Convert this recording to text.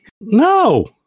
No